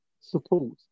support